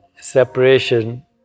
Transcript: separation